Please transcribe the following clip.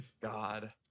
God